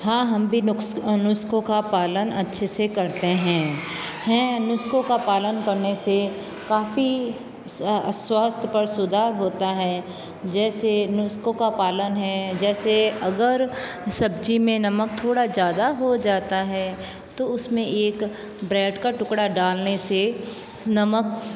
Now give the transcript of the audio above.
हाँ हम भी नुक्स नुस्ख़ों का पालन अच्छे से करते हैं हैं नुस्ख़ों का पालन करने से काफ़ी स्वास्थ्य पर सुधार होता है जैसे नुस्ख़ा का पालन है जैसे अगर सब्ज़ी में नमक थोड़ा ज़्यादा हो जाता है तो उस में एक ब्रेड का टुकड़ा डालने से नमक